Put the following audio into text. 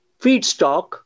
feedstock